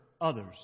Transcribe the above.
others